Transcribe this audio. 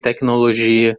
tecnologia